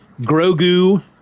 Grogu